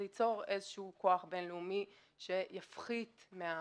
זה ייצור איזה שהוא כוח בינלאומי שיפחית מהעוצמה,